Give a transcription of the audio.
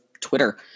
Twitter